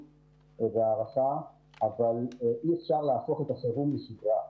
והערכה אבל אי אפשר להפוך את החירום לשגרה.